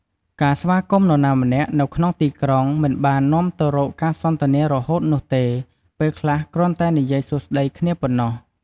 ការស្វាគមន៍នរណាម្នាក់នៅក្នុងទីក្រុង មិនបាននាំទៅរកការសន្ទនារហូតនោះទេ ពេលខ្លះគ្រាន់តែនិយាយសួស្តីគ្នាប៉ណ្ណោះ។